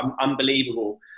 unbelievable